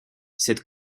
cette